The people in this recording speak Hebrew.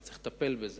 אתה צריך לטפל בזה.